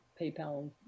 PayPal